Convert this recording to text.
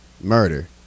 murder